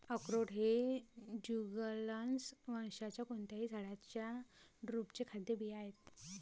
अक्रोड हे जुगलन्स वंशाच्या कोणत्याही झाडाच्या ड्रुपचे खाद्य बिया आहेत